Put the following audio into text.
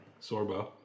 Sorbo